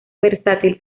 versátil